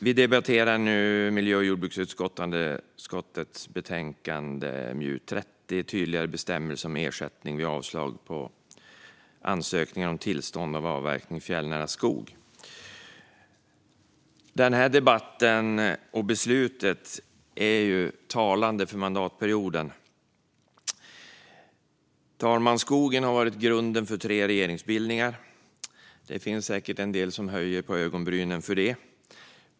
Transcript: Vi debatterar nu miljö och jordbruksutskottets betänkande MJU30 Tydligare bestämmelser om ersättning vid avslag på ansökningar om till stånd till avverkning i fjällnära skog . Den här debatten och beslutet är talande för mandatperioden. Herr talman! Skogen har varit grunden för tre regeringsbildningar. Det finns säkert en del som höjer på ögonbrynen för det.